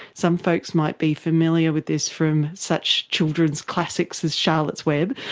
some folks might be familiar with this from such children's classics as charlotte's web.